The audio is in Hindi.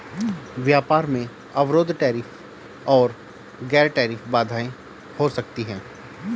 व्यापार में अवरोध टैरिफ और गैर टैरिफ बाधाएं हो सकती हैं